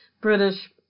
British